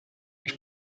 ich